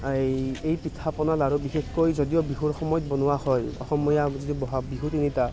এই এই পিঠা পনা লাড়ু বিশেষকৈ যদিও বিহুৰ সময়ত বনোৱা হয় অসমীয়া যিটো বহাগ বিহু তিনিটা